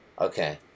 Okay